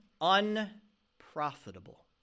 unprofitable